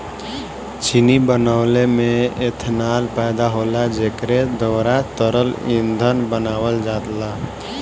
चीनी बनवले में एथनाल पैदा होला जेकरे द्वारा तरल ईंधन बनावल जाला